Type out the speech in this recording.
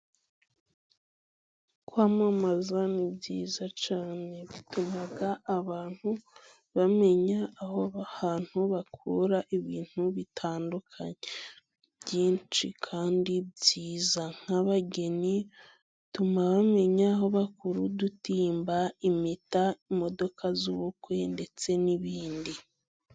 Kwamamaza ni byiza cyane bituma abantu bamenya aho hantu bakura ibintu bitandukanye, byinshi kandi byiza nk'abageni bituma bamenya aho bakura udutimba, impeta, imodoka z'ubukwe ndetse n'ibindi.